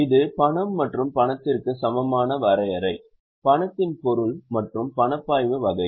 இது பணம் மற்றும் பணத்திற்கு சமமான வரையறை பணத்தின் பொருள் மற்றும் பணப்பாய்வு வகைகள்